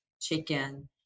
chicken